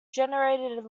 generated